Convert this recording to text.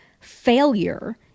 failure